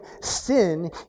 sin